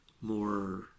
more